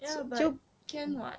ya but can [what]